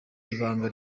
ibanga